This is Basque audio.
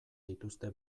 dituzte